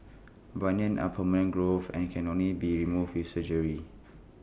bunions are permanent growths and can only be removed with surgery